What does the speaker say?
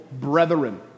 brethren